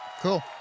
Cool